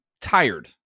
tired